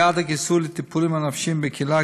יעד הכיסוי לטיפולים הנפשיים בקהילה,